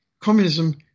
Communism